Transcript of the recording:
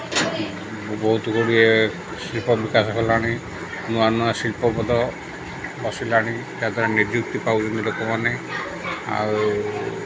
ବହୁତ ଗୁଡ଼ିଏ ଶିଳ୍ପ ବିକାଶ କଲାଣି ନୂଆ ନୂଆ ଶିଳ୍ପପଦ ବସିଲାଣି ଯାହା ଦ୍ୱାରା ନିଯୁକ୍ତି ପାଉଛନ୍ତି ଲୋକମାନେ ଆଉ